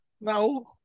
No